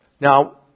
Now